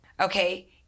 Okay